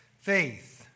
faith